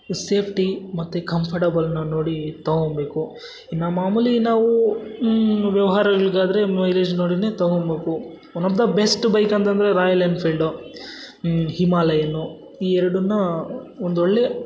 safety ಮತ್ತು ಕಂಫರ್ಟಬಲನ್ನ ನೋಡಿ ತಗೊಬೇಕು ಇನ್ನು ಮಾಮೂಲಿ ನಾವು ವ್ಯವಹಾರಗ್ಳಗಾದ್ರೆ ಮೈಲೇಜ್ ನೋಡಿಯೇ ತಗೊಬೇಕು one of the best bike ಅಂತಂದರೆ ರಾಯಲ್ ಎನ್ಫೀಲ್ಡು ಹಿಮಾಲಯನು ಈ ಎರಡನ್ನ ಒಂದೊಳ್ಳೆ